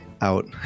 out